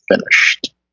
finished